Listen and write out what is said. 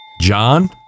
John